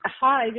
Hi